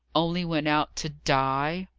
only went out to die?